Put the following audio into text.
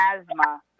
asthma